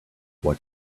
what